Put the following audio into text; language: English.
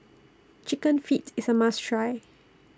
Chicken Feet IS A must Try